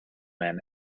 man